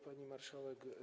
Pani Marszałek!